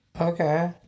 Okay